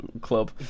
club